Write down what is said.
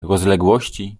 rozległości